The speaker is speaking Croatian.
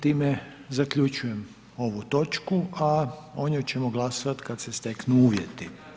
Time zaključujem ovu točku, a o njoj ćemo glasovati kad se steknu uvjeti.